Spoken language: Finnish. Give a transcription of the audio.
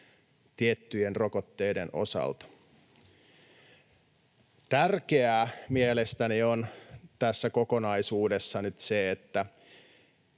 tiettyjen rokotteiden osalta. Tärkeää mielestäni on tässä kokonaisuudessa nyt se, että